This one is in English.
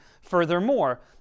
furthermore